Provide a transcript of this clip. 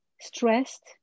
stressed